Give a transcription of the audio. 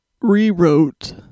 rewrote